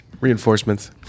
Reinforcements